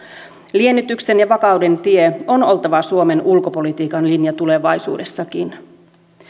liennytyksen ja vakauden tien on oltava suomen ulkopolitiikan linja tulevaisuudessakin